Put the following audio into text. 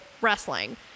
wrestling